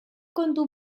kontu